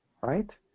Right